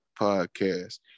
podcast